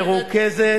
מרוכזת.